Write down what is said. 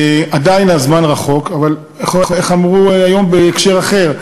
עדיין הזמן רחוק, אבל איך אמרו היום בהקשר אחר?